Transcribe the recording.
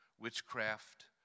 witchcraft